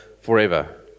forever